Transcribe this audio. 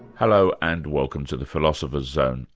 hello, and welcome to the philosopher's zone.